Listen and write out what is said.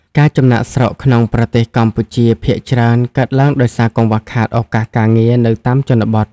ការចំណាកស្រុកក្នុងប្រទេសកម្ពុជាភាគច្រើនកើតឡើងដោយសារកង្វះខាតឱកាសការងារនៅតាមជនបទ។